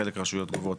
חלק מהרשויות גובות